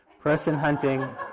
person-hunting